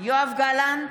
יואב גלנט,